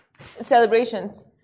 celebrations